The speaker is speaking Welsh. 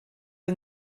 yng